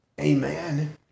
Amen